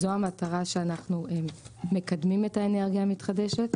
זו המטרה שלשמה אנחנו מקדמים את האנרגיה המתחדשת,